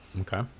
okay